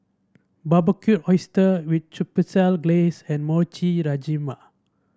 Barbecued Oysters with Chipotle Glaze and Mochi Rajma